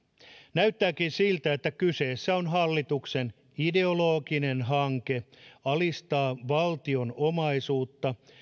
näyttääkin siltä että kyseessä on hallituksen ideologinen hanke alistaa valtion omaisuutta